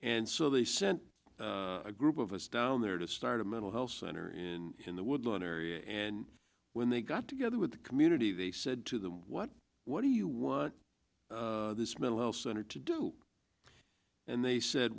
and so they sent a group of us down there to start a mental health center in in the woodlawn area and when they got together with the community they said to them what what do you want this mental health center to do and they said